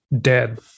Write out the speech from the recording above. dead